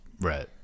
Right